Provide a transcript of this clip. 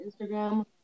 Instagram